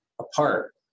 apart